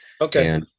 okay